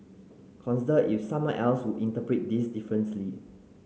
consider if someone else would interpret this differently